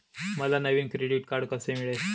मला नवीन credit card कसे मिळेल?